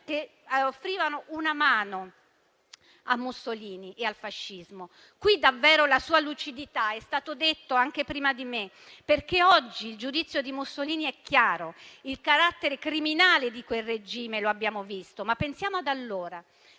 che offrivano una mano a Mussolini e al fascismo. Qui è davvero la sua lucidità - è stato detto anche prima di me - perché oggi il giudizio di Mussolini è chiaro e il carattere criminale di quel regime lo abbiamo visto, ma pensiamo ad allora.